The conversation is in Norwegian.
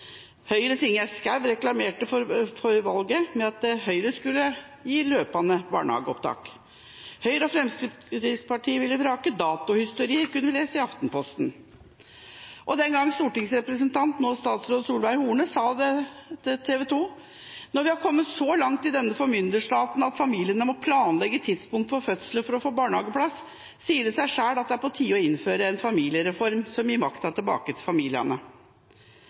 reklamerte før valget med at Høyre skulle gi løpende barnehageopptak, og at Høyre og Fremskrittspartiet ville vrake datohysteriet, kunne vi lese i Aftenposten. Den gang stortingsrepresentant, nå statsråd Solveig Horne, sa til TV2 at når vi har kommet så langt i denne formynderstaten at familiene må planlegge tidspunkt for fødsler for å få barnehageplass, sier det seg selv at det er på tide å innføre en familiereform som gir makten tilbake til familiene.